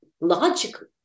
logically